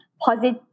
positive